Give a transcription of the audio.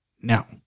Now